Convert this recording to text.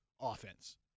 offense